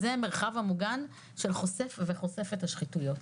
זה המרחב המוגן של חושף או חושפת השחיתויות.